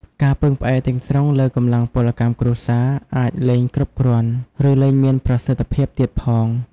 ការពឹងផ្អែកទាំងស្រុងលើកម្លាំងពលកម្មគ្រួសារអាចលែងគ្រប់គ្រាន់ ឬលែងមានប្រសិទ្ធភាពទៀតផង។